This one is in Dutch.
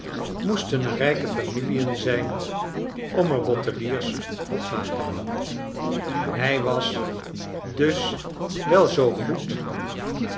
moesten er rijke familien zijn om er botteliers op na te houden hrj was dus wel zoo good